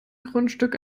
grundstück